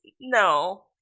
No